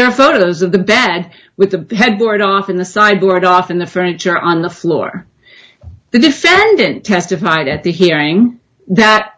are photos of the bag with the headboard off in the sideboard off in the furniture on the floor the defendant testified at the hearing that